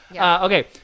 Okay